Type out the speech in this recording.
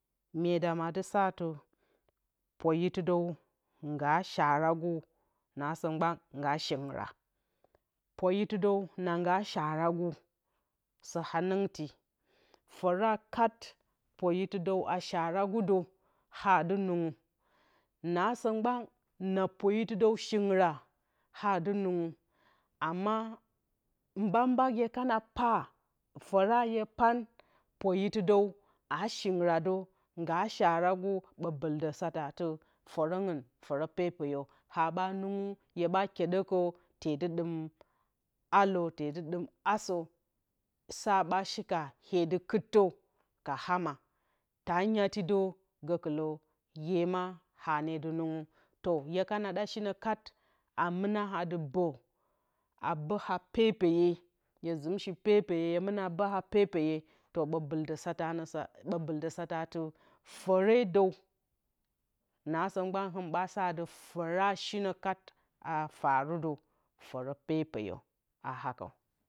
Myeedam adɨ satɨ poyitɨdǝw nga shara gu asǝ mgban nag shingra poyitidǝw nnaga sharagu sǝ hanɨngti fǝra kat poyitidǝw a sharagu dǝw haa dɨ nɨnggu, nasǝ mgban a poyetidǝw shingra ha aadɨ nɨnggu ama mbak mbak hye kana paa fǝra hye pan poyiti dǝw aa shingradǝw ngaa sharagu ɓǝ bɨldǝ sata dǝ fǝrǝngɨn fǝrǝ pepeyǝ haɓa nɨnggu hyeɓa kyedǝkǝ tee dɨ ɗɨm alǝ tee dɨ ɗim asǝ sa ɓa shika hyeɗi kuttǝ ka ama taa nyatidǝw ka ma gǝkɨlǝ ye ma hane dɨ nɨnggu to hye kana ɗa shinǝ kat a mɨna adɨ bǝ a bǝ ha pepeye hye zɨmshi pepeye hye mɨna bú ha pepeye to ɓo bɨldǝ sata adɨ fǝredǝw nasǝ mgban hɨn ɓa satɨ fǝra shinǝ kat a farudǝw fǝrǝ pepeyǝ a hakǝw